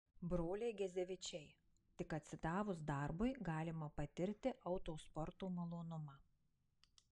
broliai gezevičiai tik atsidavus darbui galima patirti autosporto malonumą